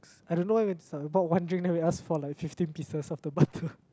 I don't know leh we went to Starbucks bought one drink then we asked for fifteen pieces of the butter